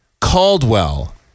Caldwell